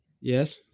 Yes